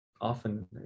often